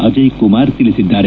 ಅಜಯ್ಕುಮಾರ್ ತಿಳಿಸಿದ್ದಾರೆ